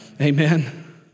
Amen